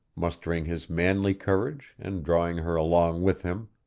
mustering his manly courage and drawing her along with him,